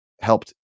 helped